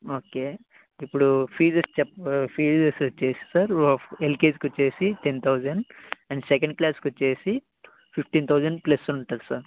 okay ఇప్పుడు fees చె fees వచ్చేసి ఎల్కేజీ వచ్చేసి టెన్ థౌజండ్ అండ్ సెకండ్ క్లాస్కి వచ్చేసి ఫిఫ్టీన్ థౌజండ్ ప్లస్ ఉంటుంది సార్